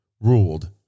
ruled